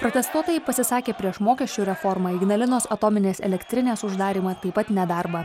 protestuotojai pasisakė prieš mokesčių reformą ignalinos atominės elektrinės uždarymą taip pat nedarbą